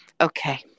Okay